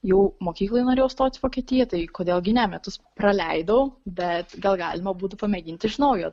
jau mokykloj norėjau stot į vokietiją tai kodėl gi ne metus praleidau bet gal galima būtų pamėginti iš naujo